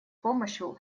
помощью